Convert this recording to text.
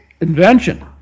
invention